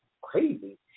crazy